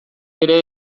ere